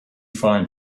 fine